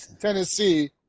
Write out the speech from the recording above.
Tennessee